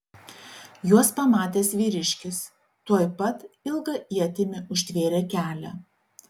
juos pamatęs vyriškis tuoj pat ilga ietimi užtvėrė kelią